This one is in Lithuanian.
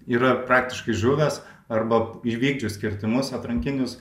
yra praktiškai žuvęs arba įvykdžius kirtimus atrankinius